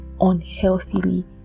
unhealthily